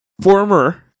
former